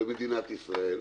והדמוקרטית במדינת ישראל,